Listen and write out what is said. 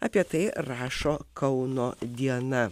apie tai rašo kauno diena